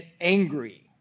angry